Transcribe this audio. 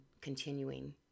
continuing